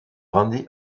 grandi